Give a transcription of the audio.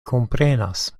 komprenas